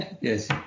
Yes